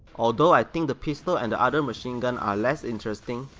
although i think the pistol and the other machine gun are less interesting,